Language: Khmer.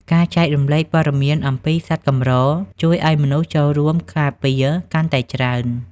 ការចែករំលែកព័ត៌មានអំពីសត្វកម្រ ជួយឱ្យមនុស្សចូលរួមការពារកាន់តែច្រើន។